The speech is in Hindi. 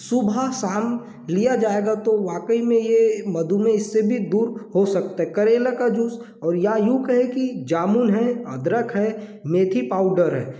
सुबह शाम लिया जाएगा तो वाकई में ये मधुमेह इससे भी दूर हो सकता है करेला का जूस और या यूँ कहें की जामुन है अदरक है मेथी पाउडर है